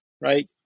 right